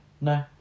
no